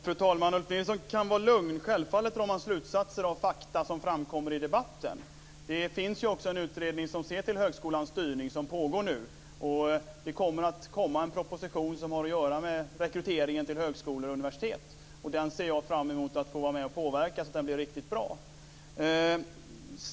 Fru talman! Ulf Nilsson kan vara lugn. Självfallet drar man slutsatser av fakta som framkommer i debatten. Det pågår en utredning om högskolans styrning, och det kommer en proposition om rekryteringen till högskolor och universitet. Jag ser fram emot att få vara med och påverka den, så att den blir riktigt bra.